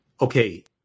Okay